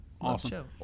awesome